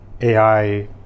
AI